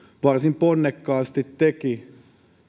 varsin ponnekkaasti teki